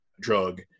drug